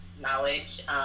knowledge